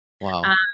Wow